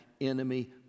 enemy